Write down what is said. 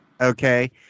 Okay